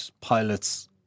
pilots